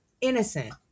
Innocent